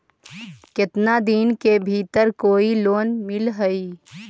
केतना दिन के भीतर कोइ लोन मिल हइ?